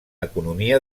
economia